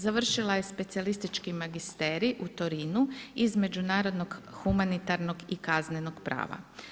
Završila je specijalistički magisterij u Torinu iz međunarodnog, humanitarnog i kaznenog prava.